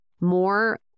more